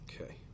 okay